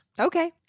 Okay